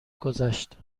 گذشت